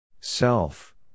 Self